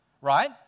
right